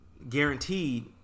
Guaranteed